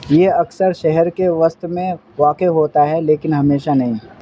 یہ اکثر شہر کے وسط میں واقع ہوتا ہے لیکن ہمیشہ نہیں